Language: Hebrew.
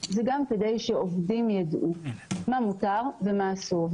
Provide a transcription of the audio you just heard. זה גם כדי שעובדים יידעו מה מותר ומה אסור.